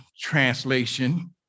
translation